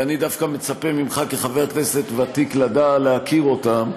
ואני דווקא מצפה ממך כחבר כנסת ותיק להכיר אותם,